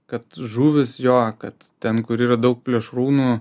kad žuvys jo kad ten kur yra daug plėšrūnų